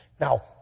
Now